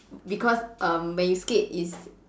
because um when you skate it's